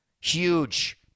huge